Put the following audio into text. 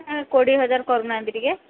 ହଁ କୋଡ଼ିଏ ହଜାର କରୁନାହାଁନ୍ତି ଟିକେ